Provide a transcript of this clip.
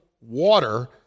water